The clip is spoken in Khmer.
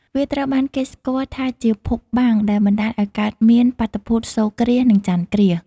វាត្រូវបានគេស្គាល់ថាជាភពបាំងដែលបណ្ដាលឱ្យកើតមានបាតុភូតសូរ្យគ្រាស និងចន្ទគ្រាស។